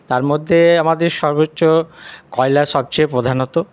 তার মধ্যে আমাদের সর্বোচ্চ কয়লা সবচেয়ে প্রধানত